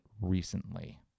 recently